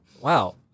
wow